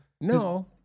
no